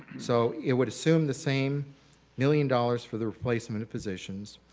so it would assume the same million dollars for the replacement of positions,